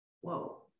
whoa